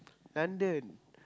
London